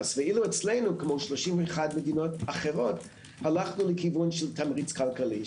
ואצלנו כמו 31 מדינות אחרות הלכנו לכיוון של תמריץ כלכלי.